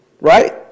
right